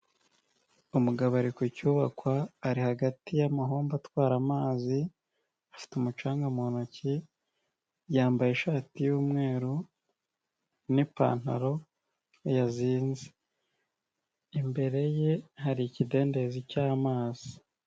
Umugabo ari ku cyubakwa ari hagati y'amahombo atwara amazi afite umucanga mu ntoki yambaye ishati yumweru n'ipantaro yazinze. Imbere ye hari ikidendezi cy'amazi.